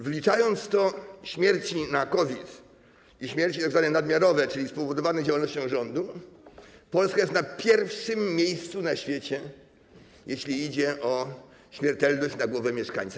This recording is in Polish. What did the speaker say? Wliczając w to śmierci na COVID i śmierci tzw. nadmiarowe, czyli spowodowane działalnością rządu, Polska jest na pierwszym miejscu na świecie, jeśli idzie o śmiertelność na głowę mieszkańca.